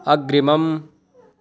अग्रिमम्